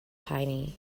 tiny